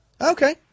Okay